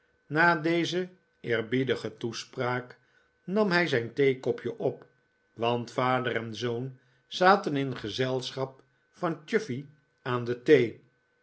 na deze eerbiedige toespraak nam hij zijn theekopje op want vader en zoon zaten in gezelschap van chuffey aan de thee